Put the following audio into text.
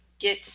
get